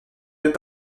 deux